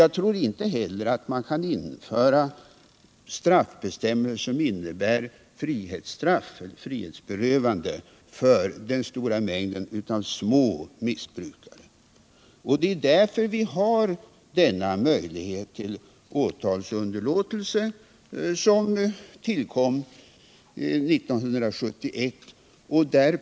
Jag tror inte heller att vi kan införa straffbestämmelser som innebär ett frihetsberövande för den stora mängden av små missbrukare. Det är därför vi har denna möjlighet till åtalsunderlåtelse, som tillkom 1971.